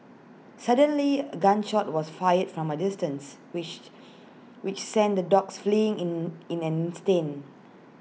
suddenly A gun shot was fired from A distance which which sent the dogs fleeing in in an instant